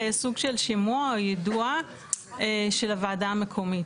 סוג של שימוע או יידוע של הוועדה המקומית.